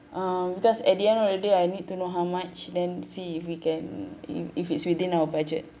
um because at the end of the day I need to know how much then see if we can if if it's within our budget